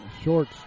Shorts